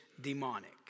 demonic